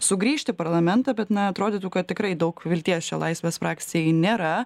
sugrįžti į parlamentą bet na atrodytų kad tikrai daug vilties čia laisvės frakcijai nėra